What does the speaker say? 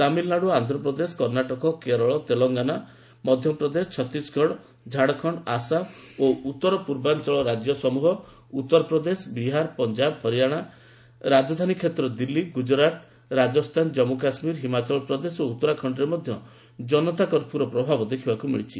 ତାମିଲ୍ନାଡୁ ଆନ୍ଧ୍ରପ୍ରଦେଶ କର୍ଷ୍ଣାଟକ କେରଳ ତେଲଙ୍ଗାନା ମଧ୍ୟପ୍ରଦେଶ ଛତିଶଗଡ଼ ଝାଡ଼ଖଣ୍ଡ ଆସାମ ଓ ଉତ୍ତର ପୂର୍ବାଞ୍ଚଳ ରାଜ୍ୟ ସମ୍ବହ ଉତ୍ତର ପ୍ରଦେଶ ବିହାର ପଞ୍ଜାବ ହରିୟାଣା ରାଜଧାନୀ କ୍ଷେତ୍ର ଦିଲ୍ଲୀ ଗୁଜୁରାଟ୍ ରାଜସ୍ଥାନ ଜନ୍ମୁ କାଶ୍ମୀର ହିମାଚଳ ପ୍ରଦେଶ ଓ ଉତ୍ତରାଖଣ୍ଡରେ ମଧ୍ୟ କନତା କର୍ଫ୍ୟୁର ପ୍ରଭାବ ଦେଖିବାକୁ ମିଳିଛି